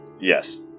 Yes